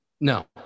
No